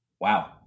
Wow